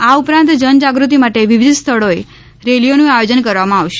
આ ઉપરાંત જનજાગૃતિ માટે વિવિધ સ્થળોએ રેલીઓનું આયોજન કરવામાં આવશે